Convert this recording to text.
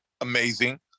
amazing